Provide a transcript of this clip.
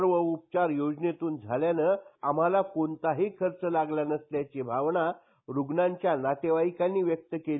सर्व उपचार योजनेतून झाल्यानं आम्हाला कोणताही खर्च लागला नसल्याची भावना रुग्णांच्या नातेवाईकांनी व्यक्त केली